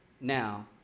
now